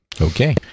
Okay